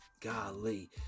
golly